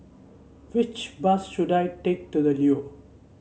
which bus should I take to The Leo